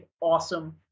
Awesome